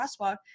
crosswalk